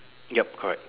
yup correct